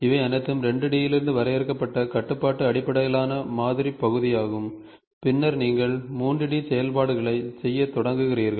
இவை அனைத்தும் 2 D இலிருந்து வரையறுக்கப்பட்ட கட்டுப்பாட்டு அடிப்படையிலான மாதிரி பகுதியாகும் பின்னர் நீங்கள் 3 D செயல்பாடுகளைச் செய்யத் தொடங்குகிறீர்கள்